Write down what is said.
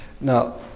Now